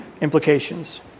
implications